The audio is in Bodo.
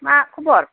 मा खबर